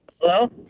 Hello